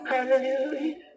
Hallelujah